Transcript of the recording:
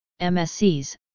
MSCs